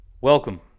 Welcome